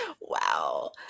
Wow